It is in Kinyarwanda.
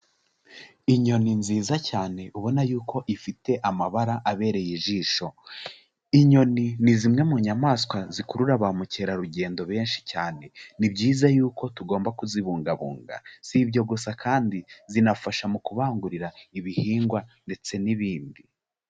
Inyoni nziza cyane ubona yuko ifite amabara abereye ijisho, inyoni ni zimwe mu nyamaswa zikurura ba mukerarugendo benshi cyane, ni byiza yuko tugomba kuzibungabunga, si ibyo gusa kandi zinafasha mu kubangurira ibihingwa ndetse n'ibindi.